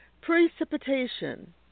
Precipitation